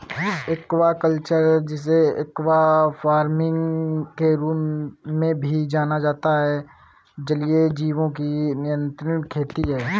aquaculture, जिसे aqua farming के रूप में भी जाना जाता है, जलीय जीवों की नियंत्रित खेती है